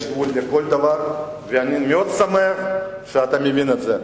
יש גבול לכל דבר, ואני מאוד שמח שאתה מבין את זה.